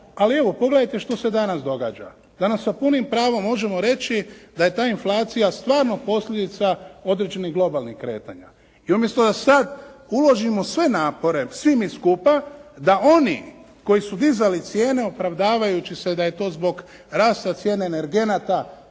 Ali evo pogledajte što se danas događa? Danas sa punim pravom možemo reći da je ta inflacija stvarno posljedica određenih globalnih kretanja. I umjesto da sad uložimo sve napore svi mi skupa da oni koji su dizali cijene opravdavajući se da je to zbog rasta cijena energenata